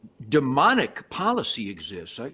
demonic policy exists.